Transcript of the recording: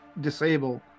disable